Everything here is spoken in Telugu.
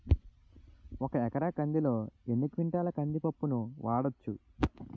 ఒక ఎకర కందిలో ఎన్ని క్వింటాల కంది పప్పును వాడచ్చు?